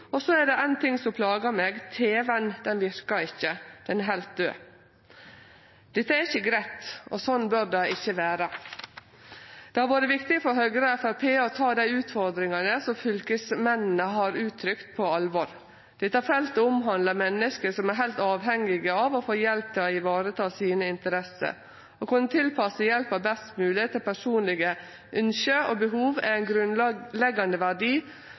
Og så er det en ting som plager meg. TV-en virker ikke. Den er helt død.» Dette er ikkje greitt, og slik bør det ikkje vere. Det har vore viktig for Høgre og Framstegspartiet å ta dei utfordringane som fylkesmennene har uttrykt, på alvor. Dette feltet omhandlar menneske som er heilt avhengige av å få hjelp til å ta vare på interessene sine. Å kunne tilpasse hjelpa best mogleg til personlege ønske og behov er ein grunnleggjande verdi